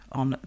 on